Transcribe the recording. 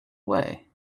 way